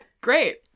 Great